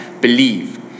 believe